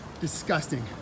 Disgusting